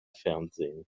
fernsehen